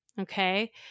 okay